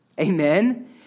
Amen